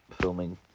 filming